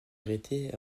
arrêté